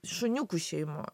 šuniukų šeimoj